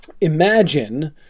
imagine